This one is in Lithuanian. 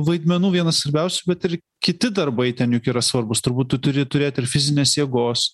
vaidmenų vienas svarbiausių bet ir kiti darbai ten juk yra svarbūs turbūt tu turi turėt ir fizinės jėgos